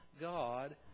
God